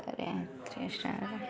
ಸರಿ ಆಯ್ತ್ರಿ ಇಷ್ಟೇ ಆಗೋದು